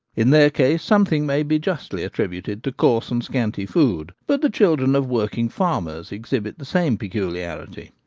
in their case something may be justly attributed to coarse and scanty food but the children of working farmers exhibit the same peculiarity,